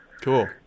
Cool